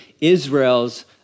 Israel's